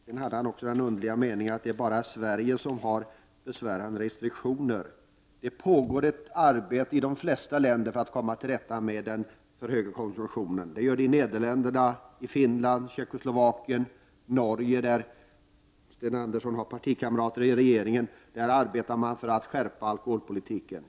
Sedan sade han något så underligt som att det bara är Sverige som har besvärande restriktioner. Det pågår ett arbete i de flesta länder för att komma till rätta med den höga alkoholkonsumtionen — i Nederländerna, Finland, Tjeckoslovakien. I Norge, där Sten Anderssons partikamrater sitter i regeringen, arbetar man nu för att skärpa alkoholpolitiken.